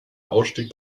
ausstieg